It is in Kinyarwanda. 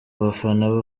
abafana